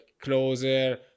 closer